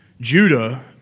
Judah